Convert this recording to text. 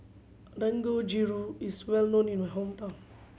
dangojiru is well known in my hometown